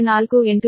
048 p